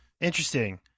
Interesting